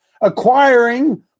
acquiring